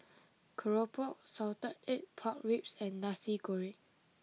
Keropok Salted Egg Pork Ribs and Nasi Goreng